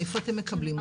מאיפה אתם מקבלים אותן?